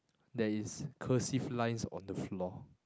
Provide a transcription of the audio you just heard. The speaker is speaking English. there is cursive lines on the floor